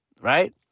right